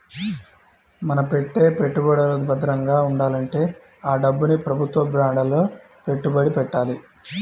మన పెట్టే పెట్టుబడులు భద్రంగా ఉండాలంటే ఆ డబ్బుని ప్రభుత్వ బాండ్లలో పెట్టుబడి పెట్టాలి